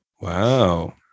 Wow